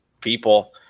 people